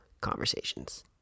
conversations